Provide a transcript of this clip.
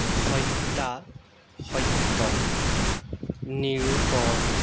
সত্যাসত্য নিৰূপণ